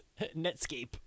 Netscape